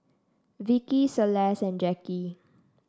Vicki Celeste and Jackie